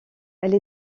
elles